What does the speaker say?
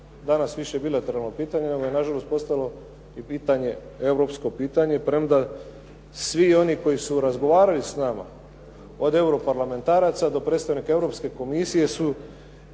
danas više bilateralno pitanje, nego je na žalost postalo europsko pitanje, premda svi oni koji su razgovarali s nama od europarlamentaraca do predstavnika Europske komisije su